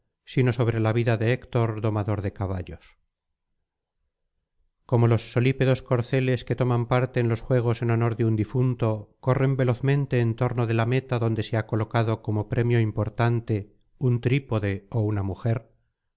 sino sobre la vida de héctor domador de caballos como los solípedos corceles que toman parte en los juegos en honor de un difunto corren velozmente en torno de la meta donde se ha colocado conjo premio importante un trípode ó una mujer